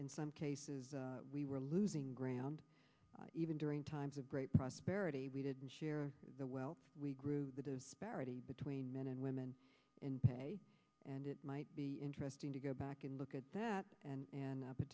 in some cases we were losing ground even during times of great prosperity we didn't share the wealth we grew the disparity between men and women in pay and it might be interesting to go back and look at that and an